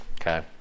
Okay